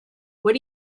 what